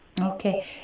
Okay